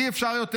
אי-אפשר יותר.